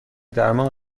درمان